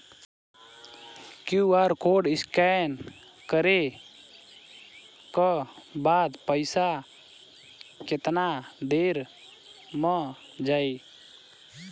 QR code scan न करे क बाद पइसा केतना देर म जाई?